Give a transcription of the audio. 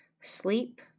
sleep